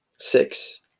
Six